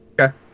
Okay